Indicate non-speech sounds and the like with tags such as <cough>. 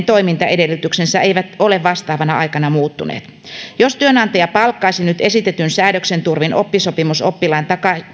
<unintelligible> toimintaedellytyksensä eivät ole vastaavana aikana muuttuneet jos työnantaja palkkaisi nyt esitetyn säädöksen turvin oppisopimusoppilaan